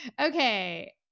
Okay